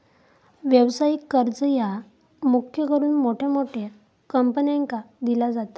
व्यवसायिक कर्ज ह्या मुख्य करून मोठ्या मोठ्या कंपन्यांका दिला जाता